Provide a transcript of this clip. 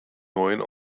neuen